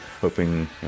hoping